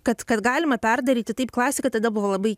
kad kad galima perdaryti taip klasiką tada buvo labai